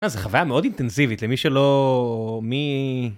אה זה חוויה מאוד אינטנסיבית למי שלא... מי...